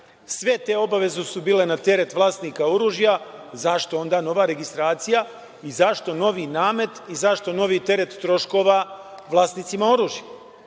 Sve te obaveze su bile na teret vlasnika oružja. Zašto onda nova registracija i zašto novi namet i zašto novi teret troškova vlasnicima oružja?